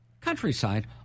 Countryside